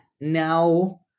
now